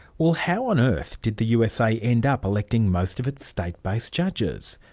well how on earth did the usa end up electing most of its state-based judges?